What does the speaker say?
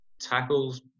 tackles